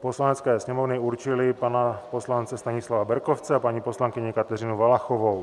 Poslanecké sněmovny určili pana poslance Stanislava Berkovce a paní poslankyni Kateřinu Valachovou.